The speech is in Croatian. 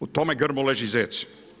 U tome grmu leži zec.